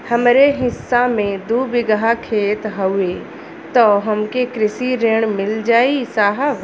हमरे हिस्सा मे दू बिगहा खेत हउए त हमके कृषि ऋण मिल जाई साहब?